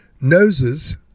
Noses